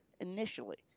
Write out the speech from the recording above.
initially